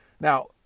Now